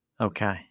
Okay